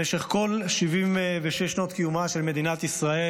התשפ"ד 2023. במשך כל 76 שנות קיומה של מדינת ישראל,